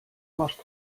masz